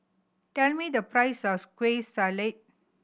tell me the price of Kueh Salat